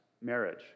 marriage